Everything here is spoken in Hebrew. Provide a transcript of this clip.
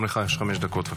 גם לך יש חמש דקות.